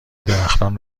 درختان